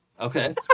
Okay